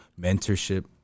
mentorship